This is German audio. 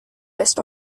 best